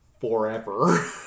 forever